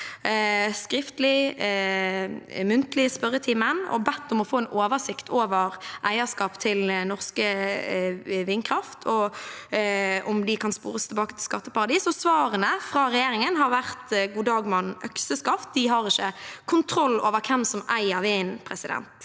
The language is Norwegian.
og i den muntlige spørretimen – og bedt om å få en oversikt over eierskap til norske vindkraftverk og om de kan spores tilbake til skatteparadis. Svarene fra regjeringen har vært god dag mann – økseskaft. De har ikke kontroll over hvem som eier vinden.